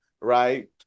right